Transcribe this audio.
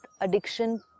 addiction